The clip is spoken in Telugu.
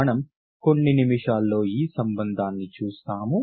మనం కొన్ని నిమిషాల్లో ఈ సంబంధాన్ని చూస్తాము